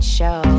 Show